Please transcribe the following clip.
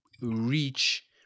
reach